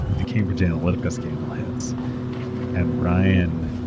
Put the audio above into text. the cambridge analytica scandal hits and brian,